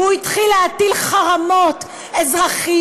והוא התחיל להטיל חרמות אזרחיים,